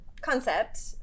concept